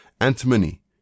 antimony